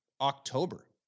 October